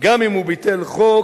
גם אם הוא ביטל חוק,